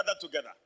together